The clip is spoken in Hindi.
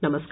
नमस्कार